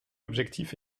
objectif